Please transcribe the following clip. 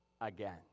again